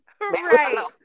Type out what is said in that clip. Right